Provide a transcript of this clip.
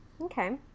Okay